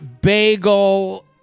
bagel